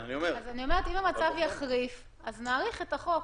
אם המצב יחריף אז נאריך את החוק,